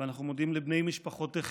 ואנחנו מודים לבני משפחותיכם,